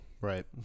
Right